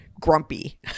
grumpy